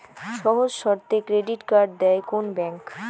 সহজ শর্তে credit card দেয় কোন ব্যাংক?